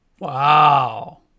Wow